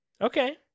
Okay